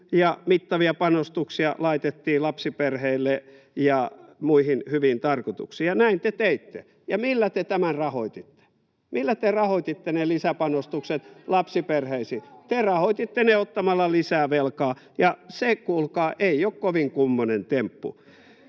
ja mittavia panostuksia laitettiin lapsiperheille ja muihin hyviin tarkoituksiin, ja näin te teitte, ja millä te tämän rahoititte? Millä te rahoititte ne lisäpanostukset lapsiperheisiin? [Vasemmalta: Tekin tuitte, tekin rahoititte!] Te rahoititte ne ottamalla lisää velkaa, ja se kuulkaa ei ole kovin kummoinen temppu.